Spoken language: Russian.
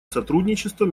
сотрудничество